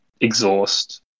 exhaust